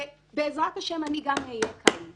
ובעזרת השם, אני גם אהיה כאן.